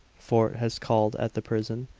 fort has called at the prison,